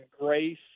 grace